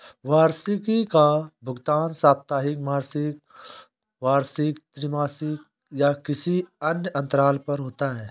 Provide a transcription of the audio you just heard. वार्षिकी का भुगतान साप्ताहिक, मासिक, वार्षिक, त्रिमासिक या किसी अन्य अंतराल पर होता है